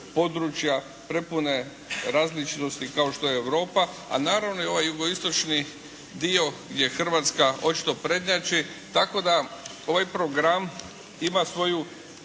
područja prepune različitosti kao što je Europa, a naravno i ovaj jugoistočni dio gdje Hrvatska očito prednjači tako da ovaj program ima svoju